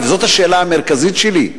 וזאת השאלה המרכזית שלי,